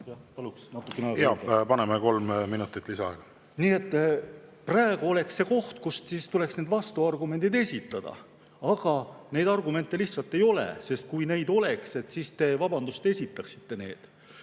Jah, paneme kolm minutit lisaaega. Praegu oleks see koht, kus tuleks need vastuargumendid esitada. Aga neid argumente lihtsalt ei ole, sest kui neid oleks, siis te, vabandust, esitaksite need.